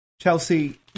Chelsea